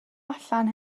allan